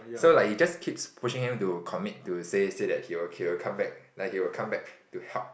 so like he just keeps pushing him to commit to say say that he'll he'll come back like he will come back to help